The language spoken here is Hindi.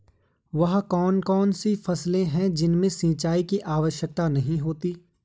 वह कौन कौन सी फसलें हैं जिनमें सिंचाई की आवश्यकता नहीं है?